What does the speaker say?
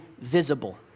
visible